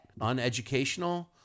uneducational